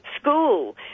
school